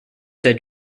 said